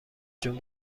جون